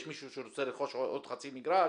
יש מישהו שרוצה לרכוש עוד חצי מגרש,